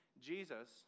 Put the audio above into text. Jesus